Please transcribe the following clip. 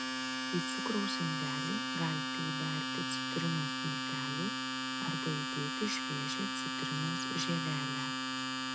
į cukraus indelį galite įberti citrinos miltelių arba įdėti šviežią citrinos žievelę